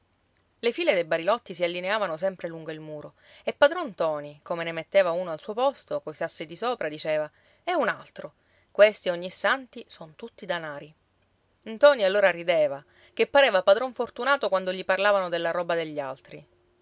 le file dei barilotti si allineavano sempre lungo il muro e padron ntoni come ne metteva uno al suo posto coi sassi di sopra diceva e un altro questi a ognissanti son tutti danari ntoni allora rideva che pareva padron fortunato quando gli parlavano della roba degli altri